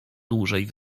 dłużej